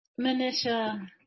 Manisha